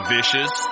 Vicious